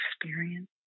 experience